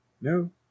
No